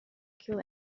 kill